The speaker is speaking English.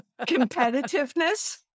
competitiveness